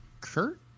Kurt